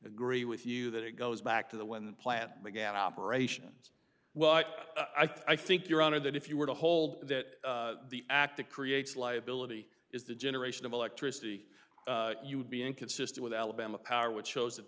agree with you that it goes back to the when the plant began operations well but i think your honor that if you were to hold that the act that creates liability is the generation of electricity you would be inconsistent with alabama power which shows that